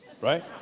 Right